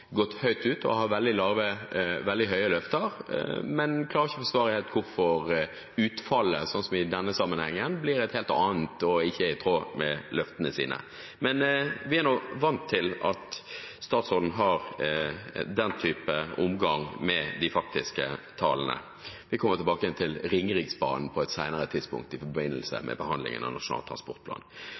gått høyt ut med veldig store løfter, men ikke klarer å forsvare hvorfor utfallet, som i denne sammenhengen, blir et helt annet og ikke i tråd med løftene deres. Men vi er vant til at statsråden har den type omgang med de faktiske tallene. Vi kommer tilbake igjen til Ringeriksbanen på et senere tidspunkt, i forbindelse med behandlingen av Nasjonal transportplan.